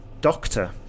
doctor